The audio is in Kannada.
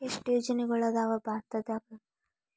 ಎಷ್ಟ್ ಯೋಜನೆಗಳ ಅದಾವ ಭಾರತದಾಗ?